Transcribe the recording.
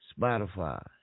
Spotify